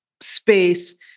space